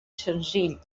senzill